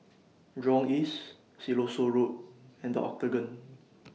Jurong East Siloso Road and The Octagon